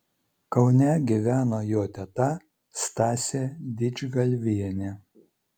kaune gyveno jo teta stasė didžgalvienė